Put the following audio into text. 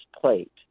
plate